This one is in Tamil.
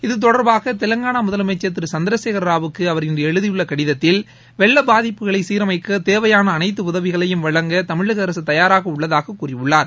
இத்தொடர்பாக தெலங்கானா முதலமைச்சர் திரு சந்திரசேகர ராவுக்கு அவர் இன்று எழுதியுள்ள கடிதத்தில் வெள்ள பாதிப்புகளை சீரமைக்க தேவையான அனைத்து உதவிகளையும் வழங்க தமிழக அரசு தயாராக உள்ளதாகக் கூறியுள்ளார்